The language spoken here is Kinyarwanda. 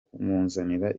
kumuzanira